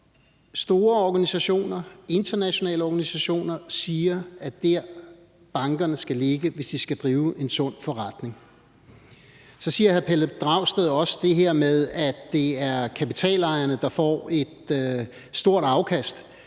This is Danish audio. internationale organisationer siger er der, bankerne skal ligge, hvis de skal drive en sund forretning. Så siger hr. Pelle Dragsted også det her med, at det er kapitalejerne, der får et stort afkast.